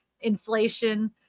inflation